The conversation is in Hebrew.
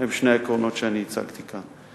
הם שני העקרונות שאני הצגתי כאן.